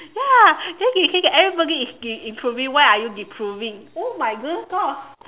ya then he say that everybody is improving why are you deproving oh my goodness Gosh